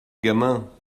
gamin